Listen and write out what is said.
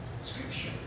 Scripture